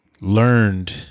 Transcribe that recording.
learned